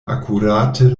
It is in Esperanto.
akurate